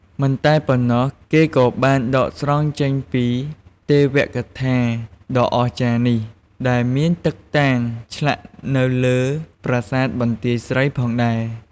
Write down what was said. មិនតែប៉ុណ្ណោះគេក៏បានដកស្រង់ចេញពីទេវកថាដ៏អស្ចារ្យនេះ ដែលមានតឹកតាងឆ្លាក់នៅលើ ប្រាសាទបន្ទាយស្រី ផងដែរ។